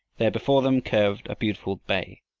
there before them curved a beautiful bay.